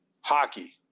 hockey